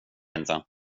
inte